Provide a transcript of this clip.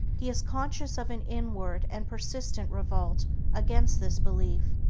he is conscious of an inward and persistent revolt against this belief,